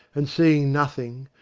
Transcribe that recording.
and seeing nothing,